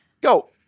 go